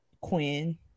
Quinn